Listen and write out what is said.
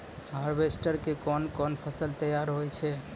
Harvester के कोन कोन फसल तैयार होय छै?